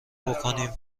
بکنیم